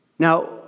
Now